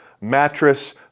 Mattress